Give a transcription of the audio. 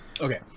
Okay